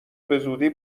بزودی